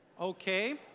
Okay